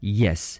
yes